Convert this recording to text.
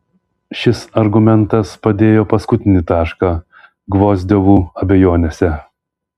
šis argumentas padėjo paskutinį tašką gvozdiovų abejonėse